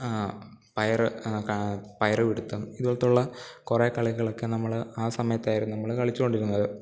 പയറ് പയറ് പിടുത്തം ഇതു പോലത്തുള്ള കുറേ കളികളൊക്കെ നമ്മൾ ആ സമയത്തായിരുന്നു നമ്മൾ കളിച്ചു കൊണ്ടിരുന്നത്